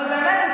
אבל באמת,